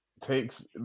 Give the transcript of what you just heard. takes